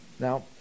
Now